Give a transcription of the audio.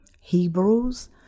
Hebrews